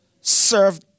Serve